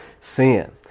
sin